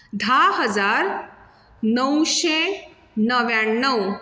धा हजार णवशें णव्याण्णव